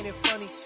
ah funny